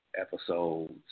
Episodes